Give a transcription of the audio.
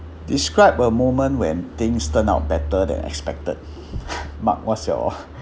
describe a moment when things turn out better than expected mark what's your